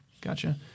Gotcha